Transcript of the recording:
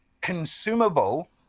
consumable